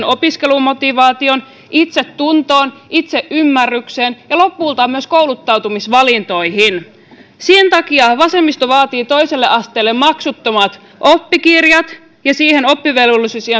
opiskelumotivaatioon itsetuntoon itseymmärrykseen ja lopulta myös kouluttautumisvalintoihin sen takia vasemmisto vaatii toiselle asteelle maksuttomat oppikirjat ja siihen myös oppivelvollisuusiän